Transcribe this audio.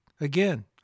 Again